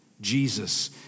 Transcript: Jesus